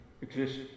exist